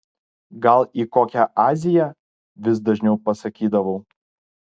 gal į kokią aziją vis dažniau pasakydavau